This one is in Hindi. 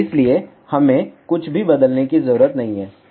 इसलिए हमें कुछ भी बदलने की जरूरत नहीं है